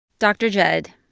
dr. jud,